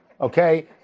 okay